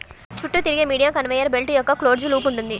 చుట్టూ తిరిగే medium conveyor belt యొక్క క్లోజ్డ్ లూప్ ఉంటుంది